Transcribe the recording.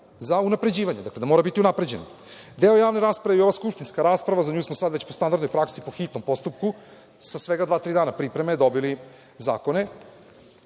za unapređivanje. Dakle, mora biti unapređena. Deo javne rasprave i ova skupštinska rasprava, za nju smo sada po standardnoj praksi po hitnom postupku, sa svega dva, tri dana pripreme, dobili zakone,